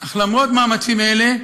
אך למרות מאמצים אלה,